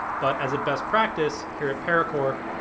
but as a best practice here at paracore,